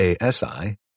ASI